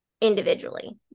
individually